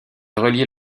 reliait